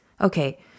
Okay